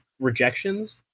rejections